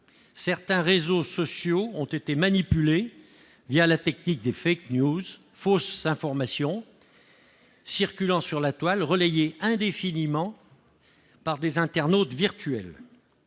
certains réseaux sociaux ont été manipulés la technique des, ces fausses informations qui circulent sur la Toile et sont relayées indéfiniment par des internautes virtuels.